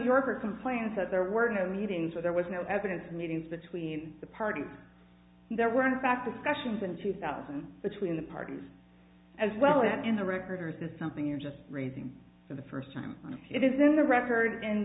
yorker complains that there were no meetings where there was no evidence of meetings between the parties there were in fact discussions in two thousand between the parties as well as in the record or is this something you're just raising for the first time it is in the record